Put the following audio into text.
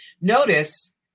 Notice